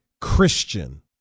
Christian